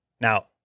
now